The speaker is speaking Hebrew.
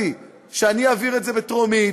שאני אעביר את זה בטרומית,